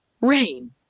rain